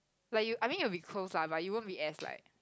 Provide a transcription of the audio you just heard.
like you I mean you will be close lah but you won't be as like